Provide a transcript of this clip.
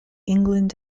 england